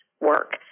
work